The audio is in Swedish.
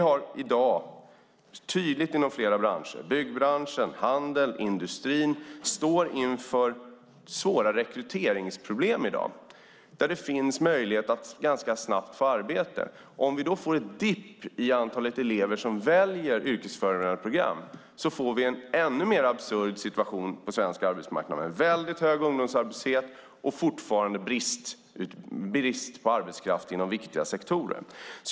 Det är tydligt att flera branscher - byggbranschen, handeln, industrin - står inför svåra rekryteringsproblem där det ändå finns möjlighet att ganska snabbt få arbete. Om vi då får en dip i antalet elever som väljer yrkesförberedande program får vi en ännu mer absurd situation på den svenska arbetsmarknaden med en väldigt hög ungdomsarbetslöshet samtidigt som vi fortfarande har brist på arbetskraft inom viktiga sektorer.